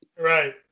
Right